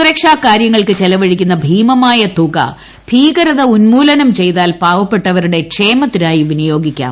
സുരക്ഷാ കാര്യങ്ങൾക്ക് ചെലവഴിക്കുന്ന ഭൂമ്മായ് ്തുക ഭീകരത ഉന്മൂലനം ചെയ്താൽ പാവപ്പെട്ടവരുടെ ക്ഷേമത്തിനായി വിനിയോഗിക്കാം